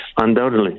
Undoubtedly